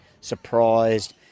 surprised